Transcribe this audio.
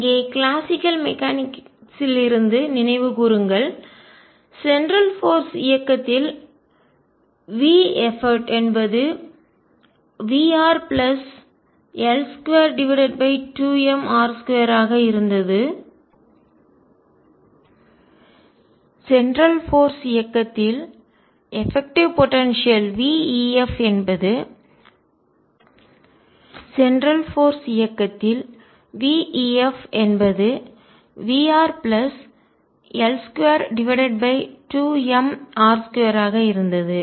இங்கே கிளாசிக்கல் மெக்கானிக்ஸிலிருந்து நினைவுகூருங்கள் சென்ட்ரல் போர்ஸ் மத்திய சக்திகளில் இயக்கத்தில் veff என்பது Vrl22mr2 ஆக இருந்தது